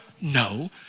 No